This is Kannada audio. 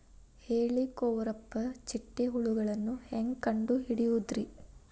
ಹೇಳಿಕೋವಪ್ರ ಚಿಟ್ಟೆ ಹುಳುಗಳನ್ನು ಹೆಂಗ್ ಕಂಡು ಹಿಡಿಯುದುರಿ?